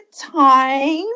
time